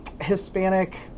Hispanic